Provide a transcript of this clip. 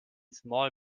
small